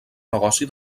negoci